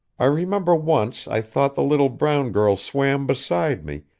i remember once i thought the little brown girl swam beside me,